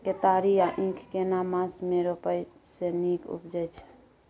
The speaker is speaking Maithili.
केतारी या ईख केना मास में रोपय से नीक उपजय छै?